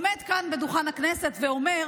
עומד כאן מעל דוכן הכנסת ואומר,